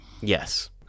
Yes